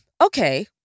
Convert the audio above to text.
Okay